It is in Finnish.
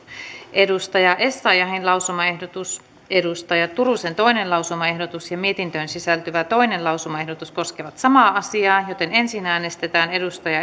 sari essayahin lausumaehdotus kaj turusen toinen lausumaehdotus ja mietintöön sisältyvä toinen lausumaehdotus koskevat samaa asiaa joten ensin äänestetään sari